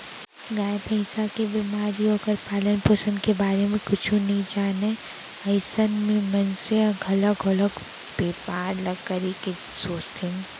गाय, भँइसी के बेमारी, ओखर पालन, पोसन के बारे म कुछु नइ जानय अइसन हे मनसे ह घलौ घलोक बैपार ल करे के सोचथे